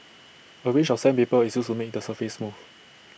A range of sandpaper is used to make the surface smooth